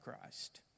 Christ